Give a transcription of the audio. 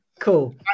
Cool